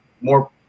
more